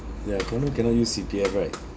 ya condo cannot use C_P_F right